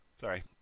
sorry